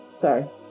sorry